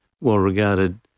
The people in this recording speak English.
well-regarded